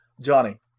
Johnny